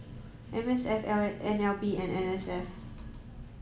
M S F L A N L B and N S F